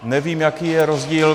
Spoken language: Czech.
Nevím, jaký je rozdíl.